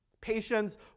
Patience